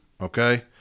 okay